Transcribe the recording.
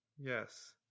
Yes